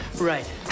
Right